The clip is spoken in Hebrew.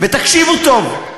ותקשיבו טוב: